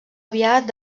aviat